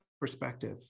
perspective